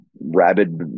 rabid